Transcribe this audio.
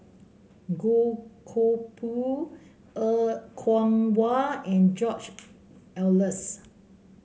Goh Koh Pui Er Kwong Wah and George Oehlers